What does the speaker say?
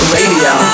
Radio